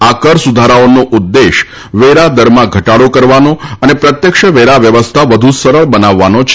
આ કર સુધારાઓનો ઉદ્દેશ વેરાદરમાં ઘટાડો કરવાનો તથા પ્રત્યક્ષ વેરા વ્યવસ્થા વધુ સરળ બનાવવાનો છે